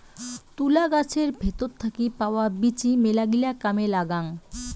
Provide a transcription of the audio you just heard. তুলা গছের ভেতর থাকি পাওয়া বীচি মেলাগিলা কামে লাগাং